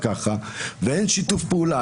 ואין שיתוף פעולה,